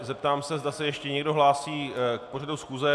Zeptám se, zda se ještě někdo hlásí k pořadu schůze.